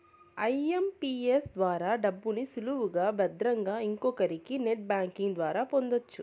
IMPS ద్వారా డబ్బుని సులువుగా భద్రంగా ఇంకొకరికి నెట్ బ్యాంకింగ్ ద్వారా పొందొచ్చు